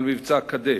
על מבצע "קדש".